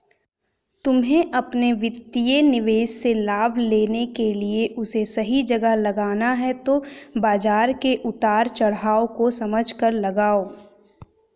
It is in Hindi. तुम्हे अपने वित्तीय निवेश से लाभ लेने के लिए उसे सही जगह लगाना है तो बाज़ार के उतार चड़ाव को समझकर लगाओ